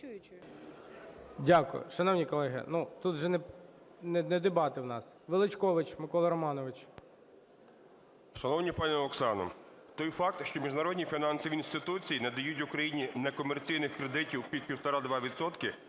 Дякую. Шановні колеги, тут же не дебати у нас. Величкович Микола Романович. 10:46:03 ВЕЛИЧКОВИЧ М.Р. Шановна пані Оксано, той факт, що міжнародні фінансові інституції надають Україні некомерційних кредитів під 1,5-2